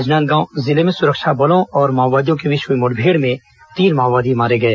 राजनांदगांव जिले में सुरक्षा बलों और माओवादियों के बीच हुई मुठभेड़ में तीन मााओवादी मारे गए